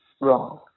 wrong